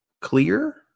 Clear